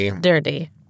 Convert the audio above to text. dirty